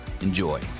Enjoy